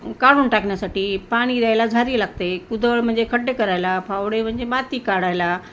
काढून टाकण्यासाठी पाणी द्यायला झारी लागते कुदळ म्हणजे खड्डे करायला फावडे म्हणजे माती काढायला